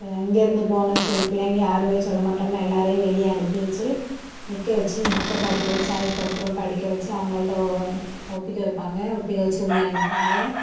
இங்கே இருந்து போன சொல் பிள்ளைங்க யாருமே சொல்ல மாட்டோமா எல்லோரையும் வெளியே அனுப்பி வச்சி நிற்க வச்சி புக்கை படிக்க வச்சி அதுக்கப்றம் படிக்க வச்சி அவங்கள்ட்ட ஒ ஒப்பிக்க வைப்பாங்க ஒப்பிக்க வச்சி உள்ளே அனுப்புவாங்க